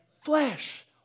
Flesh